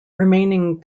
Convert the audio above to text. remaining